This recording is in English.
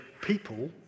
people